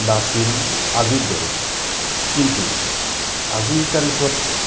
নাছিল আজিৰ দৰে কিন্তু আজিৰ তাৰিখত